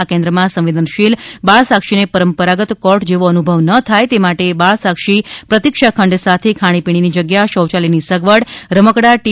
આ કેન્દ્રમાં સંવેદનશીલ બાળસાક્ષીને પરંપરાગત કોર્ટ જેવો અનુભવ ન થાય તે માટે બાળસાક્ષી પ્રતિક્ષાખંડ સાથ ખાણીપીણીની જગ્યા શૌયાલયની સગવડ રમકડાં ટી